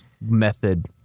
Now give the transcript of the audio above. method